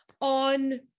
on